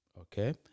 Okay